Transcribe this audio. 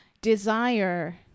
desire